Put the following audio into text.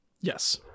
Yes